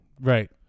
Right